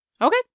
Okay